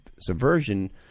subversion